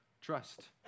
trust